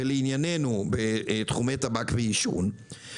בטח בתחומי טבק ועישון,